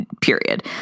period